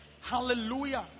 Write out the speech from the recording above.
hallelujah